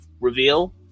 reveal